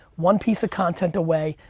one piece of content away.